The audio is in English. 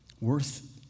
worth